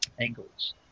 angles